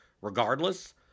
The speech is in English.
regardless